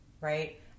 right